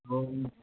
ꯑꯣ